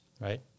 right